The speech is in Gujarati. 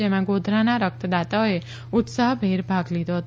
જેમાં ગોધરાના રક્તદાતાઓએ ઉત્સાહભેર ભાગ લીધો હતો